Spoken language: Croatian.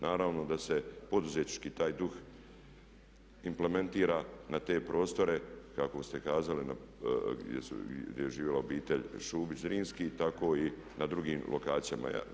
Naravno da se poduzetnički taj duh implementira na te prostore kako ste kazali gdje je živjela obitelj Šubić Zrinski tako i na drugim lokacijama.